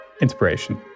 inspiration